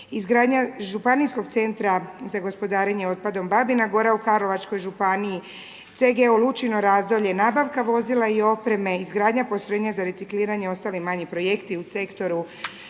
izgradnja županijskog CGO Babina Gora u Karlovačkoj županiji, CGO Lučino Razdolje, nabavka vozila i opreme, izgradnja postrojenja za recikliranje i ostali manji projekti u sektoru